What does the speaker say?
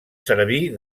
servir